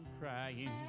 crying